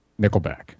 Nickelback